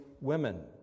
women